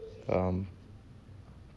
um